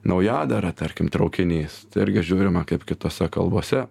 naujadarą tarkim traukinys irgi žiūrima kaip kitose kalbose